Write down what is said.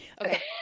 Okay